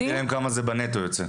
תגידי להם כמה בנטו זה יוצא.